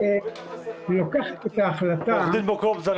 לוקחת את ההחלטה --- עורך דין בוקובזה,